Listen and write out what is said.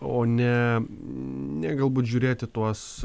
o ne ne gal būt žiūrėti tuos